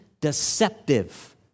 deceptive